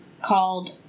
called